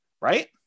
right